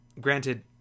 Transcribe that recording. granted